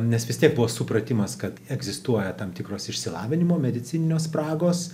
nes vis tiek buvo supratimas kad egzistuoja tam tikros išsilavinimo medicininio spragos